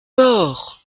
mort